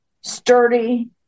sturdy